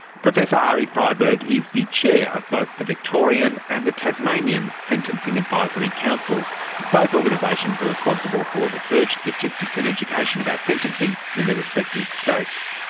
professor arie freiberg is the chair of both the victorian and the tasmanian sentencing advisory councils, and both organisations are responsible for research, statistics and education about sentencing in their respective states.